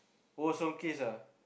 oh Solecase ah